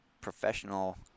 professional